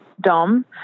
Dom